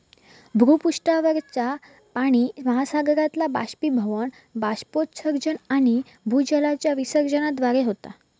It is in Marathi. भूपृष्ठावरचा पाणि महासागरातला बाष्पीभवन, बाष्पोत्सर्जन आणि भूजलाच्या विसर्जनाद्वारे होता